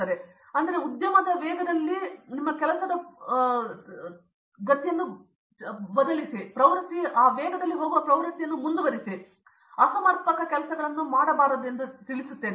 ಆದ್ದರಿಂದ ಉದ್ಯಮದ ವೇಗದಲ್ಲಿ ಪ್ರವೃತ್ತಿಯನ್ನು ಮುಂದುವರಿಸಲು ಮತ್ತು ಅದು ಅಸಮರ್ಪಕ ಕೆಲಸಗಳನ್ನು ಮಾಡಬೇಕೆಂದು ನಿಮಗೆ ತಿಳಿದಿದೆ